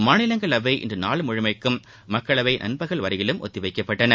மாநிலங்களவை நாள் முழுமைக்கும் மக்களவை நண்பகல் வரைக்கும் ஒத்திவைக்கப்பட்டன